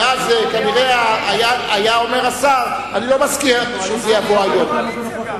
כי אז היה אומר השר: אני לא מסכים שזה יעלה היום.